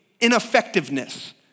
ineffectiveness